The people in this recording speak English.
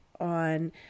on